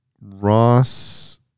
Ross